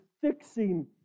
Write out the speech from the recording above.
fixing